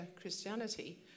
Christianity